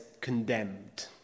condemned